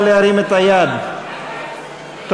ההסתייגות של קבוצת סיעת רע"ם-תע"ל-מד"ע לא נתקבלה.